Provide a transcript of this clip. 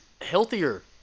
healthier